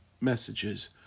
messages